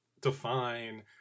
define